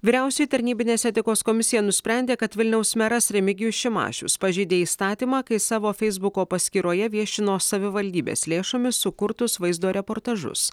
vyriausioji tarnybinės etikos komisija nusprendė kad vilniaus meras remigijus šimašius pažeidė įstatymą kai savo feisbuko paskyroje viešino savivaldybės lėšomis sukurtus vaizdo reportažus